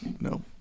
No